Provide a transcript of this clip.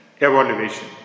evaluation